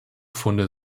funde